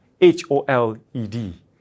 H-O-L-E-D